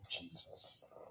Jesus